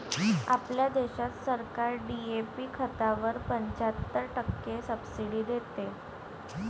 आपल्या देशात सरकार डी.ए.पी खतावर पंच्याहत्तर टक्के सब्सिडी देते